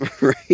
right